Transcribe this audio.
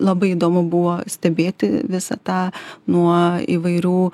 labai įdomu buvo stebėti visą tą nuo įvairių